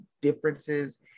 differences